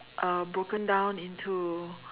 uh broken down into